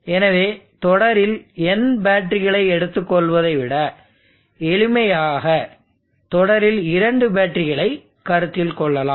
எனவே தொடரில் n பேட்டரிகளை எடுத்துக்கொள்வதை விட எளிமைக்காக தொடரில் இரண்டு பேட்டரிகளை கருத்தில் கொள்ளலாம்